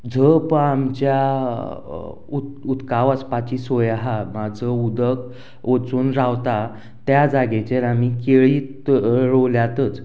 ज पय आमच्या उदका वचपाची सोय आहा जंय उदक वचून रावता त्या जागेचेर आमी केळी रोंवल्यातूच